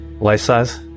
Life-size